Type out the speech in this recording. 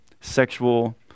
sexual